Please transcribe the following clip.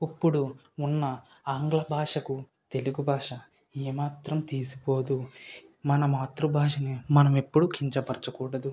ఇప్పుడు ఉన్న ఆంగ్ల భాషకు తెలుగు భాష ఏమాత్రం తీసిపోదు మన మాతృభాషని మనం ఎప్పుడు కించపరచకూడదు